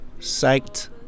psyched